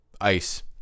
Ice